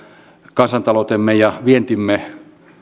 kansantaloutemme ja vientimme